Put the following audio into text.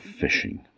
fishing